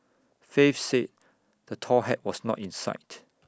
faith said the tall hat was not in sight